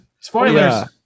Spoilers